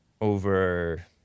over